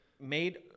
made